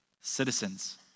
citizens